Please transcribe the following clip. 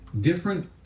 different